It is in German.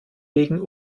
wegen